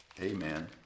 Amen